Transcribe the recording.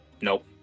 Nope